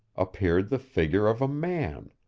appeared the figure of a man,